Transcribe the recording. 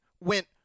went